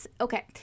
Okay